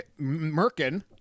Merkin